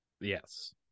yes